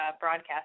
broadcast